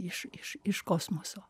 iš iš iš kosmoso